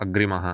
अग्रिमः